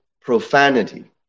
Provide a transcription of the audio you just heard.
profanity